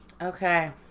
Okay